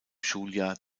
schuljahr